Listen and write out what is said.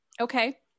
Okay